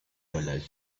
dollars